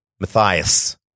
Matthias